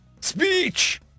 Speech